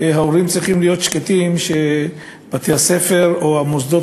ההורים צריכים להיות שקטים ולדעת שבתי-הספר או מוסדות